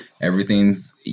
everything's